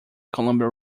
columbia